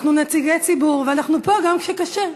אנחנו נציגי ציבור ואנחנו פה גם כשקשה.